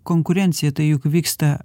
konkurencija tai juk vyksta